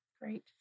Great